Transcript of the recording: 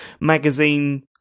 magazine